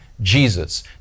Jesus